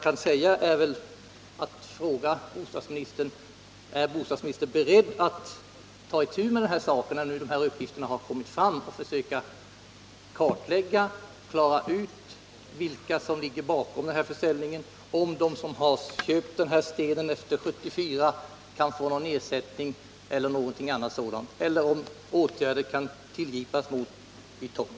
Jag vill fråga: Är bostadsministern, när dessa uppgifter nu har kommit fram, beredd att ta itu med denna sak och försöka klara ut vilka som ligger bakom försäljningen? Kan de som har köpt stenen efter 1974 få någon ersättning? Kan åtgärder tillgripas mot Ytong?